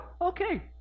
okay